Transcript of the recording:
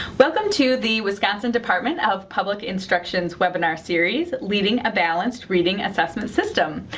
welcome to the wisconsin department of public instruction's webinar series, leading a balanced reading assessment system.